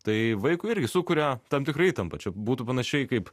tai vaikui irgi sukuria tam tikrą įtampą čia būtų panašiai kaip